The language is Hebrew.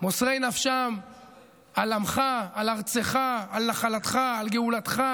מוסרי נפשם על עמך, על ארצך, על נחלתך, על גאולתך.